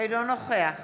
אינו נוכח